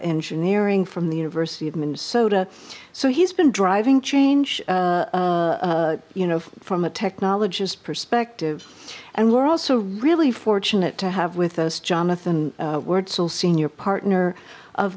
engineering from the university of minnesota so he's been driving change a you know from a technologists perspective and we're also really fortunate to have with us jonathan words senior partner of